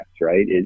right